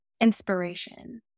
inspiration